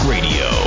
Radio